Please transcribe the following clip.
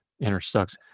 intersects